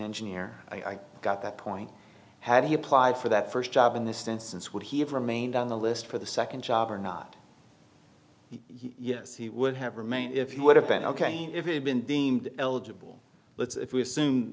engineer i got that point had he applied for that first job in this instance would he have remained on the list for the second job or not yes he would have remained if you would have been ok if he had been deemed eligible let's if we assume